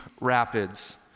rapids